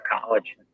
college